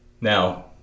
Now